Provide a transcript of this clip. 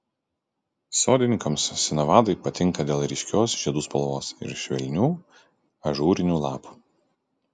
sodininkams sinavadai patinka dėl ryškios žiedų spalvos ir švelnių ažūrinių lapų